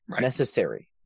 necessary